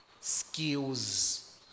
skills